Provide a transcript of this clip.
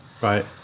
Right